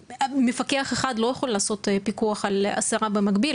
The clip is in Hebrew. מפקח אחד לא יכול לעשות פיקוח על עשרה במקביל,